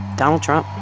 donald trump